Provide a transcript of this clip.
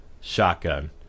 shotgun